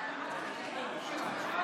אדוני השר,